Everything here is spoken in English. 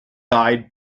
eyed